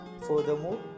Furthermore